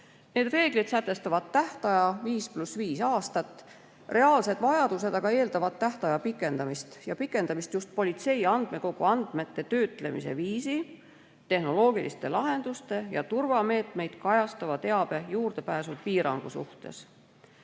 Need reeglid sätestavad tähtaja 5 + 5 aastat. Reaalsed vajadused aga eeldavad tähtaja pikendamist just politsei andmekogu andmete töötlemise viisi, tehnoloogiliste lahenduste ja turvameetmeid kajastava teabe juurdepääsu piirangu suhtes.